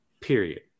period